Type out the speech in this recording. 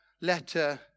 letter